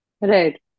Right